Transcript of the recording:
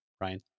Ryan